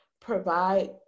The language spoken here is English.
Provide